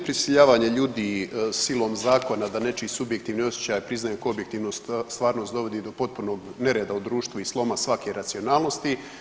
Prisiljavanje ljudi silom zakona da nečiji subjektivni osjećaj priznaju kao objektivnu stvarnost dovodi do potpunog nereda u društvu i sloma svake racionalnosti.